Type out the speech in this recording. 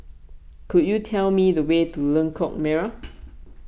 could you tell me the way to Lengkok Merak